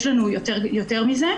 יש לנו יותר מזה,